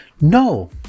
No